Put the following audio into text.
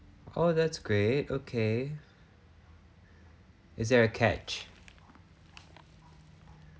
oh that's great okay is there a catch